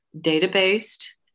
data-based